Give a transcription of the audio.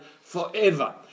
forever